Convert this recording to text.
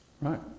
Right